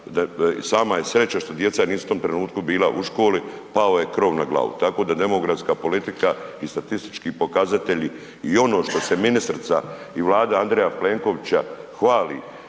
sama je sreća što djeca nisu u tom trenutku bila u školi, pao je krov tako da demografska politika i statistički pokazatelji i ono što se ministrica i Vlada Andreja Plenkovića hvali